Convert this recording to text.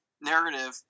narrative